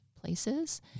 places